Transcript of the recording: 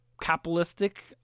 capitalistic